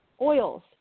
oils